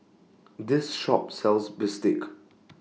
This Shop sells Bistake